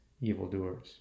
evildoers